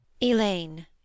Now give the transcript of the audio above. Elaine